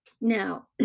Now